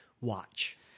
watch